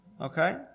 Okay